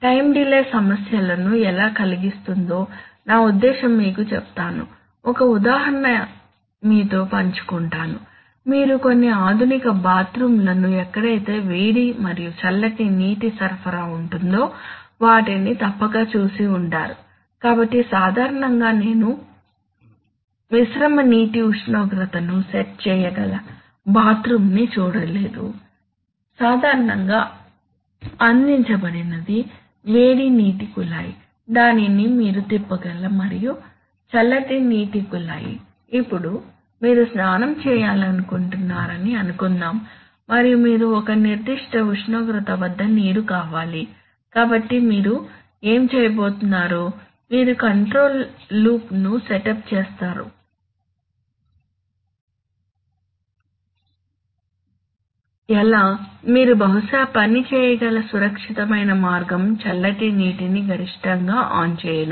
time delay సమస్యలను ఎలా కలిగిస్తుందో నా ఉద్దేశ్యం మీకు చెప్తాను ఒక ఉదాహరణ మీతో పంచుకుంటాను మీరు కొన్ని ఆధునిక బాత్రూమ్లను ఎక్కడైతే వేడి మరియు చల్లటి నీటి సరఫరా ఉంటుందో వాటిని తప్పక చూసి ఉంటారు కాబట్టి సాధారణంగా నేను మిశ్రమ నీటి ఉష్ణోగ్రతను సెట్ చేయగల బాత్రూమ్ ని చూడలేదు సాధారణంగా అందించబడినది వేడి నీటి కుళాయి దానిని మీరు తిప్పగలరు మరియు చల్లటి నీటి కుళాయి ఇప్పుడు మీరు స్నానం చేయాలనుకుంటున్నారని అనుకుందాం మరియు మీకు ఒక నిర్దిష్ట ఉష్ణోగ్రత వద్ద నీరు కావాలి కాబట్టి మీరు ఏమి చేయబోతున్నారు మీరు కంట్రోల్ లూప్ను సెటప్ చేస్తారు ఎలా మీరు బహుశా పని చేయగల సురక్షితమైన మార్గం చల్లటి నీటిని గరిష్టంగా ఆన్ చేయడం